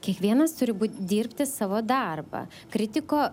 kiekvienas turi dirbti savo darbą kritiko